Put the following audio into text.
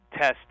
test